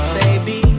baby